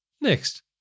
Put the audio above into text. Next